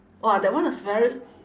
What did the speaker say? !wah! that one was very